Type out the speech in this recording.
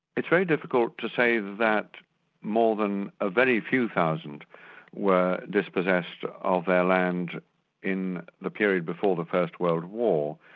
it's very difficult to say that more than a very few thousand were dispossessed of their land in the period before the first world war,